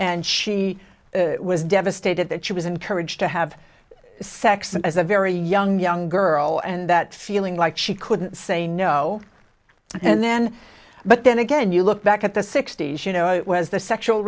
and she was devastated that she was encouraged to have sex and as a very young young girl and that feeling like she couldn't say no and then but then again you look back at the sixty's you know it was the sexual